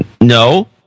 No